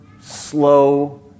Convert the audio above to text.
slow